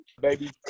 baby